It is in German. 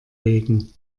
wegen